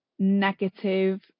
Negative